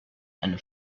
and